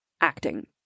acting